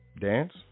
dance